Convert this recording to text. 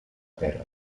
terra